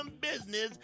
business